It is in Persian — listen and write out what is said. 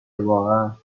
واقعا